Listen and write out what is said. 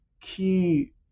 key